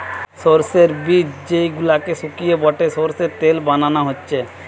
সোর্সের বীজ যেই গুলাকে শুকিয়ে বেটে সোর্সের তেল বানানা হচ্ছে